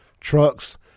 trucks